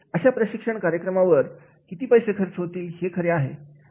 अशा प्रशिक्षण कार्यक्रमावर किती पैसे खर्च होतील हे खरे आहे